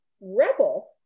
rebel